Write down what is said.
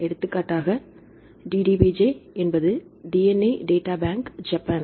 எடுத்துக்காட்டாக DDBJ என்பது DNA data bank Japan